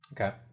Okay